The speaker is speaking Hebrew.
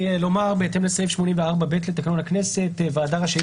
בהתאם לסעיף 84ב' לתקנון הכנסת הוועדה רשאית